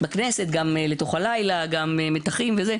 בכנסת, גם לתוך הלילה, גם מתחים וכולי.